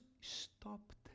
stopped